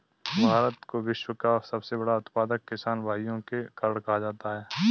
भारत को विश्व का सबसे बड़ा उत्पादक किसान भाइयों के कारण कहा जाता है